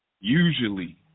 usually